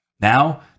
Now